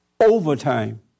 Overtime